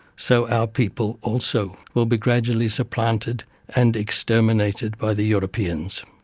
so our people also will be gradually supplanted and exterminated by the europeans.